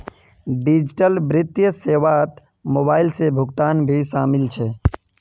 digital वित्तीय सेवात mobile से भुगतान भी शामिल छे